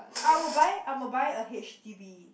I will buy I will buy a h_d_b